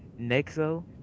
Nexo